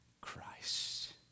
Christ